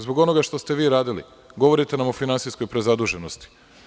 Zbog onoga što ste vi radili govorite nam o finansijskoj prezaduženosti.